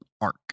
arc